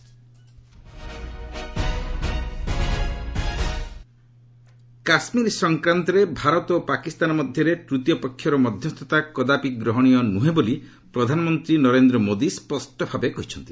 PM Trump Kashmir ସଂକ୍ରାନ୍ତରେ ଭାରତ ଓ ପାକିସ୍ତାନ ମଧ୍ୟରେ ତୂତୀୟପକ୍ଷର ମଧ୍ୟସ୍ଥତା କଦାପି ଗ୍ରହଣୀୟ ନୁହେଁ ବୋଲି ପ୍ରଧାନମନ୍ତ୍ରୀ ନରେନ୍ଦ୍ର ମୋଦି ସ୍ୱଷ୍ଟ ଭାବେ କହିଛନ୍ତି